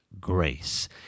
grace